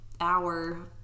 hour